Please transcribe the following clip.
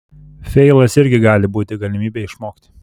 feilas irgi gali būti galimybė išmokti